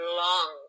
long